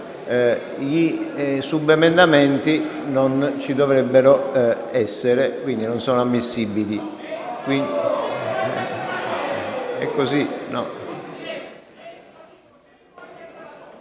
i subemendamenti non ci dovrebbero essere, quindi non sono ammissibili.